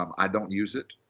um i don't use it.